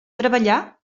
treballà